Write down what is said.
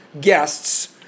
guests